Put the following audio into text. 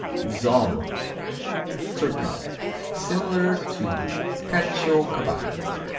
zomma turkey similar to caciocavallo.